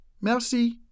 Merci